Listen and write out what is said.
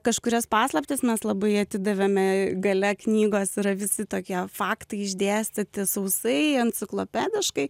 kažkurias paslaptis mes labai atidavėme gale knygos yra visi tokie faktai išdėstyti sausai enciklopediškai